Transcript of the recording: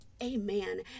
Amen